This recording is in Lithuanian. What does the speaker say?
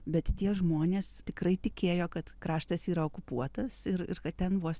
bet tie žmonės tikrai tikėjo kad kraštas yra okupuotas ir ir kad ten vos